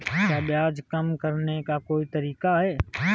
क्या ब्याज कम करने का कोई तरीका है?